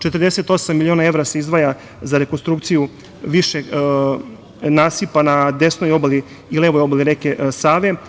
Četrdeset osam miliona evra se izdvaja za rekonstrukciju višeg nasipa na desnoj obali i levoj obali reke Save.